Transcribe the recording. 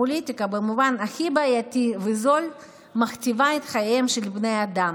הפוליטיקה במובן הכי בעייתי וזול מכתיבה את חייהם של בני אדם,